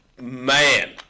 Man